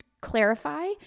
clarify